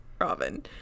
Robin